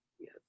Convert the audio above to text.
Yes